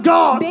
God